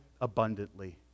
abundantly